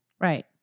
Right